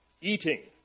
eating